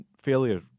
failure